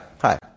Hi